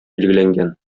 билгеләнгән